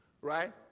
right